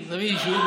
תבדקי.